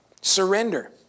Surrender